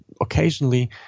occasionally